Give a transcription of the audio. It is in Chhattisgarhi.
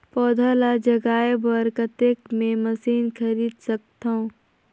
पौधा ल जगाय बर कतेक मे मशीन खरीद सकथव?